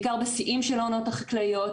בעיקר בשיאים של העונות החקלאיות,